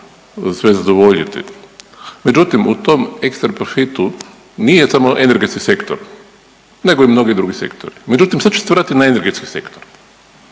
sve zadovoljiti. Međutim u tom ekstra profitu nije samo energetski sektor nego i mnogi drugi sektori, međutim sad ću se vratiti na energetski sektor.